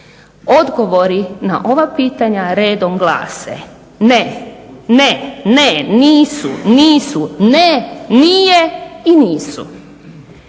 Odgovori na ova pitanja redom glase ne, ne, ne, nisu, nisu, ne, nije i nisu.